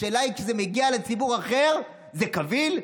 השאלה היא, כשזה מגיע לציבור אחר זה קביל?